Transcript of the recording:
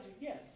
Yes